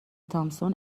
تامسون